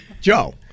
Joe